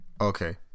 Okay